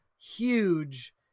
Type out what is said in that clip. huge